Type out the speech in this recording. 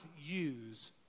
use